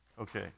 Okay